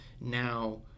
now –